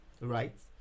right